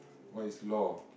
what is loh